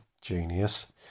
genius